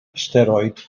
steroid